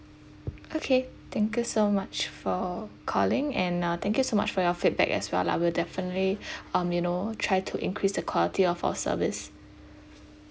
okay thank you so much for calling and uh thank you so much for your feedback as well [lah} we'll definitely um you know try to increase the quality of our service